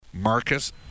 Marcus